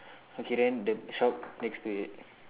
okay then the shop next to it